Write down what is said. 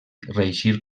reeixir